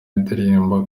indirimbo